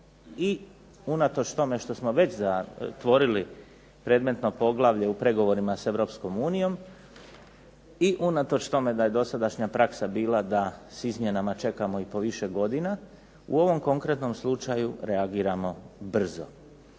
i unatoč tome što smo već zatvorili predmetno poglavlje u pregovorima sa EU i unatoč tome što je dosadašnja praksa bila da s izmjenama čekamo po više godina, u ovom konkretnom slučaju reagiramo brzo,